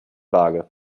waage